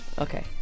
Okay